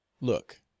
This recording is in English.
look